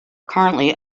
currently